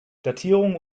datierung